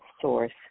source